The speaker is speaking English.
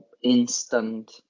instant